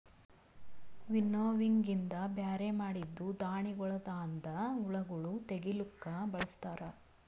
winnowing ಇಂದ ಬ್ಯಾರೆ ಮಾಡಿದ್ದೂ ಧಾಣಿಗೊಳದಾಂದ ಹುಳಗೊಳ್ ತೆಗಿಲುಕ್ ಬಳಸ್ತಾರ್